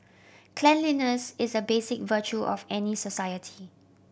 cleanliness is a basic virtue of any society